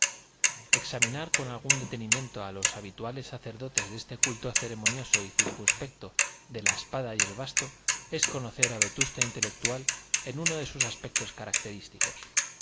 examinar con algún detenimiento a los habituales sacerdotes de este culto ceremonioso y circunspecto de la espada y el basto es conocer a vetusta intelectual en uno de sus aspectos característicos